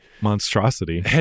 Monstrosity